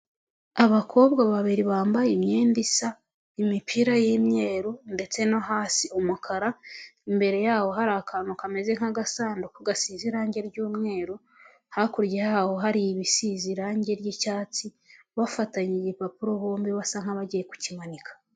Abakobwa babiri bambaye imyenda isa imipira y'imyeru ndetse no hasi umukara imbere yabo hari akantu kameze nk'agasanduku gasize irangi ry'umweru hakurya yaho hari ibisize irangi ry'icyatsi bafatanye igipapuro bombi basa nkabagiye kukimanika.